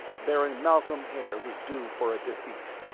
baron malcolm haer was due for a defeat.